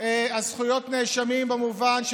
נאשמים במובן של